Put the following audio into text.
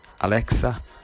Alexa